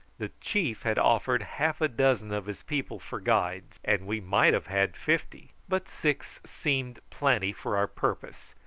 the chief had offered half-a-dozen of his people for guides, and we might have had fifty but six seemed plenty for our purpose,